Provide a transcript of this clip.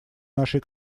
нашей